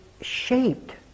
shaped